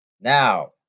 Now